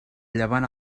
llevant